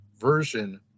version